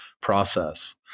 process